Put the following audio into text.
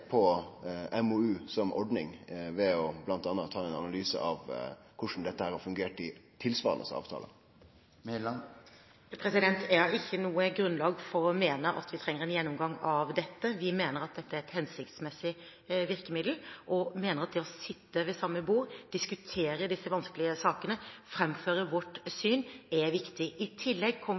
på MoU som ordning ved bl.a. å ta ein analyse av korleis dette har fungert i tilsvarande avtaler? Jeg har ikke noe grunnlag for å mene at vi trenger en gjennomgang av dette. Vi mener at dette er et hensiktsmessig virkemiddel, og mener at det å sitte ved samme bord, diskutere disse vanskelige sakene, framføre vårt syn, er viktig. I tillegg kommer